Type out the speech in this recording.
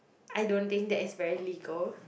I don't think that is very legal